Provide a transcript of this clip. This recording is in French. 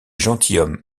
gentilshommes